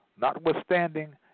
Notwithstanding